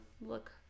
look